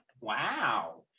Wow